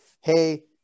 hey